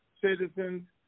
citizens